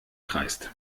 kreist